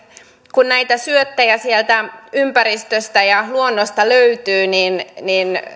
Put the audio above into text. kun näitä syöttejä sieltä ympäristöstä ja luonnosta löytyy niin niin